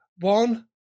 One